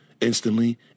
Instantly